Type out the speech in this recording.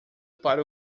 para